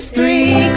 Three